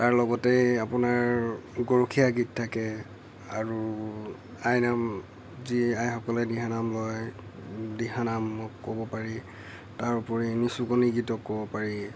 তাৰ লগতে আপোনাৰ গৰখীয়া গীত থাকে আৰু আইনাম যি আইসকলে দিহানাম লয় দিহানাম ক'ব পাৰি তাৰোপৰি নিচুকনি গীতক ক'ব পাৰি